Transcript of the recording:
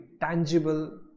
tangible